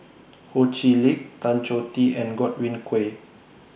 Ho Chee Lick Tan Choh Tee and Godwin Koay